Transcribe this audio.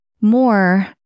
more